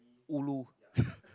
ulu